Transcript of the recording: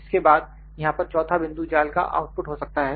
इसके बाद यहां पर चौथा बिंदु जाल का आउटपुट हो सकता है